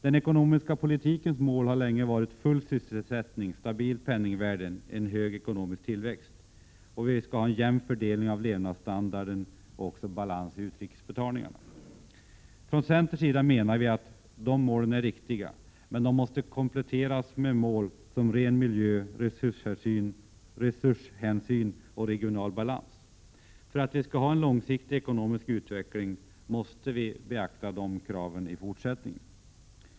Den ekonomiska politikens mål har länge varit full sysselsättning, stabilt penningvärde, hög ekonomisk tillväxt, jämn fördelning av levnadsstandarden och balans i utrikesbetalningarna. Från centerns sida menar vi att dessa mål är riktiga. Men de måste kompletteras med mål som ren miljö, resurshänsyn och regional balans. För att vi skall ha en långsiktig ekonomisk utveckling måste också dessa krav beaktas i fortsättningen.